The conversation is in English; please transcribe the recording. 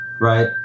right